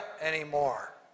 anymore